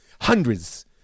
hundreds